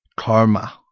Karma